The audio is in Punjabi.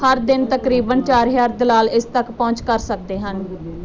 ਹਰ ਦਿਨ ਤਕਰੀਬਨ ਚਾਰ ਹਜ਼ਾਰ ਦਲਾਲ ਇਸ ਤੱਕ ਪਹੁੰਚ ਕਰ ਸਕਦੇ ਹਨ